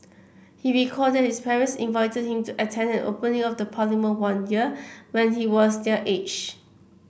he recalled that his parents invited him to attend an opening of Parliament one year when he was their age